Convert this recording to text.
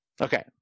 okay